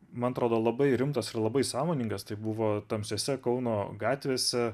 man atrodo labai rimtas ir labai sąmoningas tai buvo tamsiose kauno gatvėse